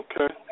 Okay